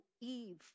Eve